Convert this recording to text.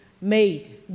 made